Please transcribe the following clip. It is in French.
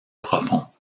profonds